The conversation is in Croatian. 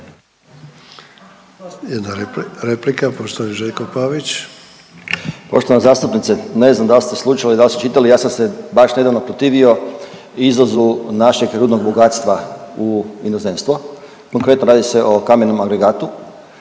Željko Pavić. **Pavić, Željko (Nezavisni)** Poštovana zastupnice. Ne znam da li ste slušali, da li ste čitali, ja sam se baš nedavno protivio izvozu našeg rudnog bogatstva u inozemstvo. Konkretno, radi se o kamenom agregatu